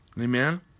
Amen